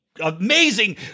amazing